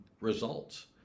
results